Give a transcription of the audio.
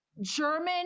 german